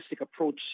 approach